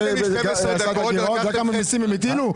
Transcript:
אתה יודע כמה מיסים הם הטילו?